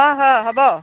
অঁ হয় হ'ব